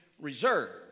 reserved